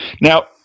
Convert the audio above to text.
Now